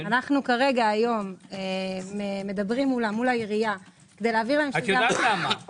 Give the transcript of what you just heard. אנו כרגע מדברים היום מול העירייה כדי להעביר להם- -- מה הם אומרים?